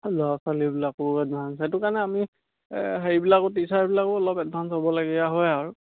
ল'ৰা ছোৱালীবিলাকো এডভাঞ্চ সেইটো কাৰণে আমি হেৰিবিলাকো টিচাৰবিলাকো অলপ এডভাঞ্চ হ'বলগীয়া হয় আৰু